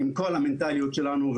עם כל המנטליות שלנו,